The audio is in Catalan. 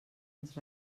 ens